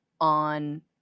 on